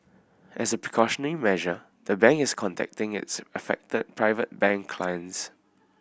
as a precautionary measure the bank is contacting its affected Private Bank clients